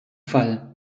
fall